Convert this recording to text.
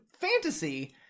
fantasy